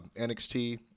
NXT